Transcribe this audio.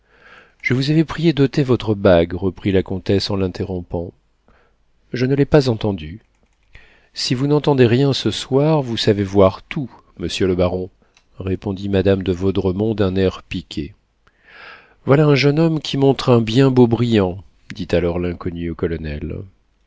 je vous avais prié d'ôter votre bague reprit la comtesse en l'interrompant je ne l'ai pas entendu si vous n'entendez rien ce soir vous savez voir tout monsieur le baron répondit madame de vaudremont d'un air piqué voilà un jeune homme qui montre un bien beau brillant dit alors l'inconnue au colonel